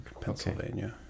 Pennsylvania